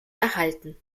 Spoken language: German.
erhalten